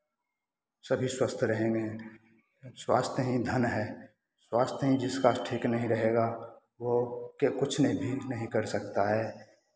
सभी स्वस्थ रहेंगे स्वास्थ्य ही धन है स्वास्थ्य ही जिसका ठीक नहीं रहेगा वो कुछ नहीं भी नहीं कर सकता है